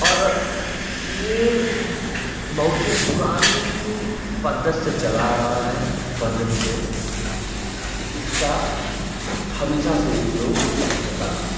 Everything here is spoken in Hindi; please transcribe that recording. और ये बहुत ही पुरानी पद्धति से चला रहा है पद्धति से कि इसका हमेशा से उपयोग होता रहा है